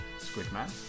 Squidman